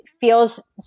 feels